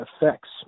effects